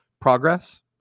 progress